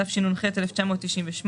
התשנ"ח-1998